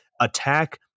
Attack